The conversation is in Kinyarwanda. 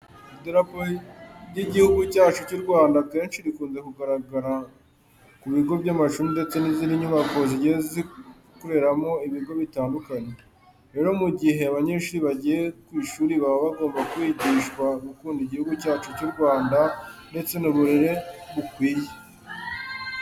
Idarapo ry'Igihugu cyacu cy'u Rwanda, akenshi rikunze kugaragara ku bigo by'amashuri ndetse n'izindi nyubako zigiye zikoreramo ibigo bitandukanye. Rero mu gihe abanyeshuri bagiye ku ishuri baba bagomba kwigishwa gukunda Igihugu cyacu cy'u Rwanda ndetse n'uburere bukwiye.